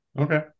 Okay